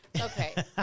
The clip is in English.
Okay